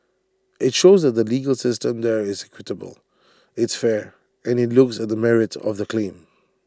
IT shows that the legal system there is equitable it's fair and IT looks at the merits of the claim